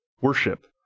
worship